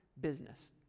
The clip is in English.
business